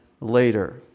later